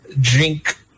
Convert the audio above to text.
drink